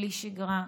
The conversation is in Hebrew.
בלי שגרה,